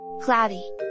Cloudy